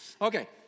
Okay